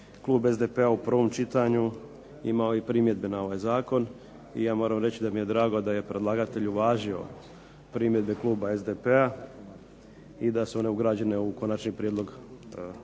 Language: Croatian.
Klub SDP-a u prvom čitanju imao i primjedbe na ovaj Zakon i ja moram reći da mi je drago da je predlagatelj uvažio primjedbe Kluba SDP-a i da su one ugrađene u Konačni prijedlog ovog